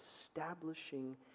establishing